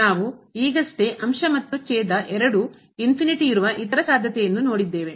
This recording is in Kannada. ನಾವು ಈಗಷ್ಟೇ ಅಂಶ ಮತ್ತು ಛೇದ ಡಿನಾಮಿನೇಟರ್ ಎರಡೂ ಇತರ ಸಾಧ್ಯತೆಯನ್ನು ನೋಡಿದ್ದೇವೆ